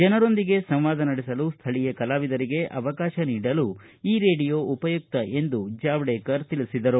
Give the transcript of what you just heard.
ಜನರೊಂದಿಗೆ ಸಂವಾದ ನಡೆಸಲು ಸ್ಥಳೀಯ ಕಲಾವಿದರಿಗೆ ಅವಕಾಶ ನೀಡಲು ಈ ರೇಡಿಯೋ ಉಪಯುಕ್ತ ಎಂದು ಅವರು ಹೇಳಿದರು